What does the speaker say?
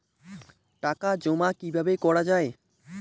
টাকা জমা কিভাবে করা য়ায়?